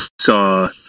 saw